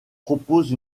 propose